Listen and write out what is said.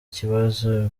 ikibazo